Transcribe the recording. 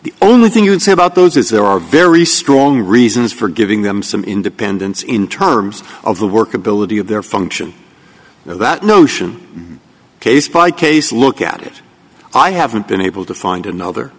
the only thing you can say about those is there are very strong reasons for giving them some independence in terms of the workability of their function so that notion case by case look at it i haven't been able to find another